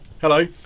Hello